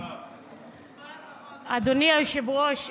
אדוני היושב-ראש,